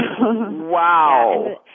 wow